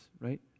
right